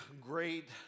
great